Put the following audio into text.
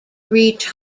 reach